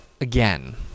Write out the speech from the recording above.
again